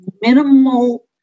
minimal